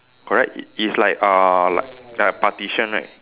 correct it it's like uh like like partition right